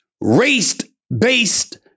race-based